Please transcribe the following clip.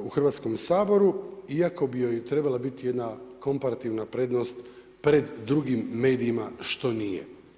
u Hrvatskom saboru iako bi joj trebala biti jedna komparativna prednost pred drugim medijima, što nije.